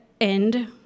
end